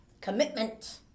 Commitment